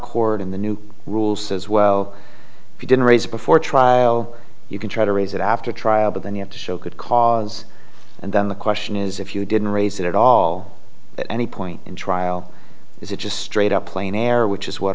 court in the new rules as well if you didn't raise it before trial you can try to raise it after trial but then you have to show good cause and then the question is if you didn't raise it at all at any point in trial is it just straight up plain error which is what